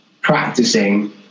practicing